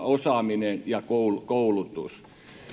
osaaminen ja koulutus